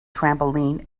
trampoline